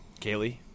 Kaylee